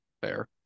Fair